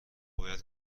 باید